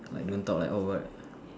like don't talk like oh what